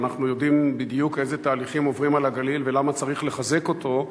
ואנחנו יודעים בדיוק איזה תהליכים עוברים על הגליל ולמה צריך לחזק אותו.